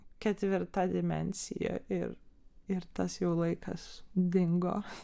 ketvirta dimensija ir ir tas jau laikas dingo